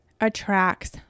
attracts